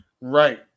Right